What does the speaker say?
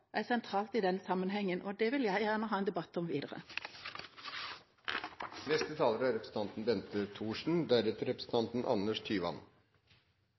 er sentralt i den sammenhengen. Det vil jeg gjerne ha en debatt om videre. Først vil jeg takke representanten